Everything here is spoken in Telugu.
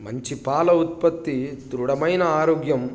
మంచి పాల ఉత్పత్తి దృఢమైన ఆరోగ్యం